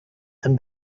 them